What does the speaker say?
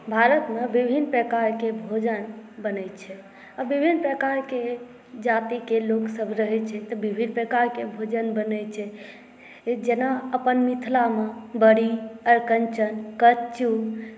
भारतमे विभिन्न प्रकारके भोजन बनैत छै आ विभिन्न प्रकारके जातिके लोकसभ रहैत छै तऽ विभिन्न प्रकारके भोजन बनैत छै जेना अपन मिथिलामे बरी अरिकञ्चन कचू